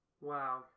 Wow